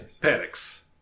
panics